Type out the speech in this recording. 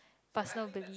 personal believe